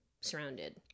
surrounded